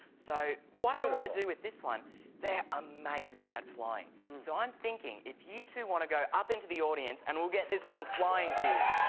so, what i want to do with this one they're amazing at flying. so i'm thinking, if you two want to go up into the audience and we'll get this one flying to